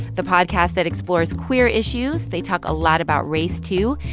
the podcast that explores queer issues. they talk a lot about race, too.